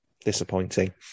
Disappointing